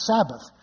Sabbath